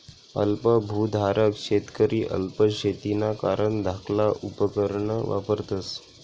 अल्प भुधारक शेतकरी अल्प शेतीना कारण धाकला उपकरणं वापरतस